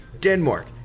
Denmark